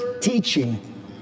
teaching